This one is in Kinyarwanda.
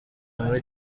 muri